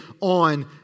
on